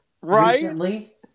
recently